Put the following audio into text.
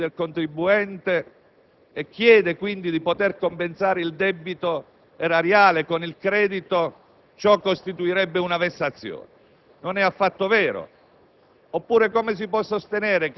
è creditore nei confronti del contribuente e chiede quindi di poter compensare il debito erariale con il credito, ciò costituirebbe una vessazione? Non è affatto vero.